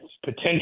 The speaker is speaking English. potential